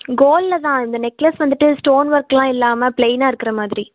கோல்டில் தான் இந்த நெக்லஸ் வந்துட்டு ஸ்டோன் ஒர்க்லாம் இல்லாமல் ப்ளெய்னாக இருக்குற மாதிரி